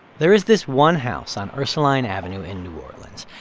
there is this one house on ursulines avenue in new orleans,